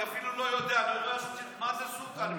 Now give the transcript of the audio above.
אני אפילו לא יודע, מה זה סוקה?